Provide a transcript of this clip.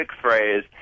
phrase